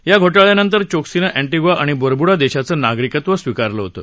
या घोटाळ्यानंतर चोक्सीनं अँटिग्वा आणि बरबुडा देशाचं नागरिकत्व स्विकारलं होतं